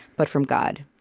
but from god.